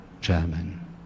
German